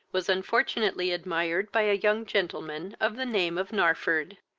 was unfortunately admired by a young gentleman of the name of narford.